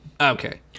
Okay